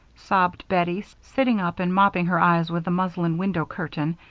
sobbed bettie, sitting up and mopping her eyes with the muslin window curtain,